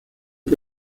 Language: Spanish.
que